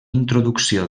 introducció